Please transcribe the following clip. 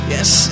Yes